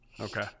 Okay